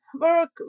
work